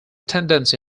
tendency